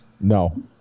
No